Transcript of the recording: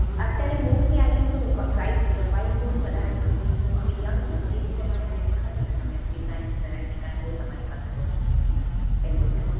અત્યારે mostly I think so right white gold વધારે ચાલે છેને તો હવે યંગ છે તો એ રીતે મારે કંઈ દેખાડજોને તમે ડિઝાઈન્સ વેરાયટી કંઈ હોય તમારી પાસે તો એવી રીતે